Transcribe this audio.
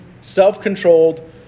self-controlled